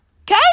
Okay